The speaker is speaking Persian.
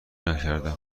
نکردم